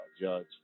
judge